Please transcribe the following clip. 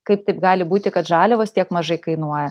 kaip taip gali būti kad žaliavos tiek mažai kainuoja